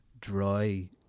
dry